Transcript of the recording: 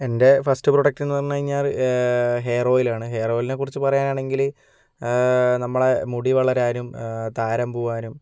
എൻ്റെ first product എന്ന് പറഞ്ഞു കഴിഞ്ഞാൽ ഹെയർ ഓയിൽ ആണ് ഹെയർ ഓയിലിനെ കുറിച്ച് പറയുകയാണെങ്കിൽ നമ്മുടെ മുടി വളരാനും താരൻ പോകാനും